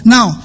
Now